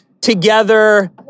together